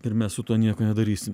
ir mes su tuo nieko nedarysim